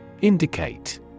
Indicate